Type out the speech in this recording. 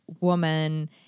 Woman